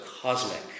cosmic